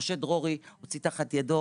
משה דרורי הוציא תחת ידו